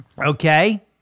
okay